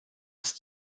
ist